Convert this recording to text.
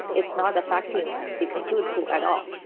it's not affecting the compute pool at all.